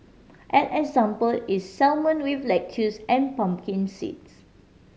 an example is salmon with lettuces and pumpkin seeds